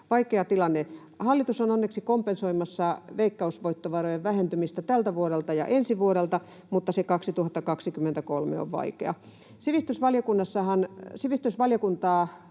vaikea tilanne. Hallitus on onneksi kompensoimassa veikkausvoittovarojen vähentymistä tältä vuodelta ja ensi vuodelta, mutta se 2023 on vaikea. Sivistysvaliokunnan